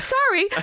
Sorry